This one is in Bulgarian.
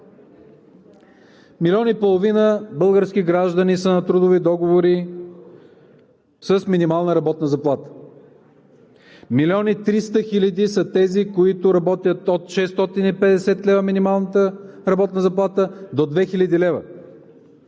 Милион и половина български граждани са на трудови договори с минимална работна заплата, милион и триста хиляди са тези, които работят от 650 лв. – минималната работна заплата, до 2000 лв.